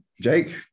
Jake